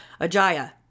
ajaya